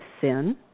sin